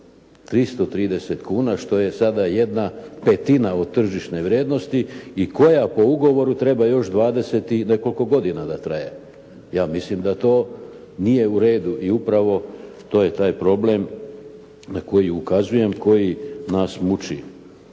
330 kuna što je sada jedna petina od tržišne vrijednosti i koja po ugovoru treba još 20 i nekoliko godina da traje. Ja mislim da to nije u redu i upravo to je taj problem na koji ukazujem koji nas muči.